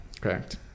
Correct